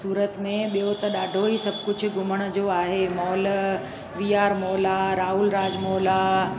सूरत में ॿियो त ॾाढो ई घुमण जो आहे मॉल वी आर मॉल आहे राहुल राज मॉल आहे